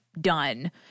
done